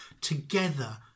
together